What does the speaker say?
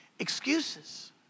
Excuses